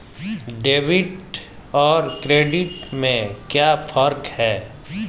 Debit और credit में क्या फर्क है?